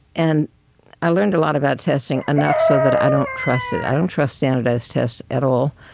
and i learned a lot about testing enough so that i don't trust it. i don't trust standardized tests at all.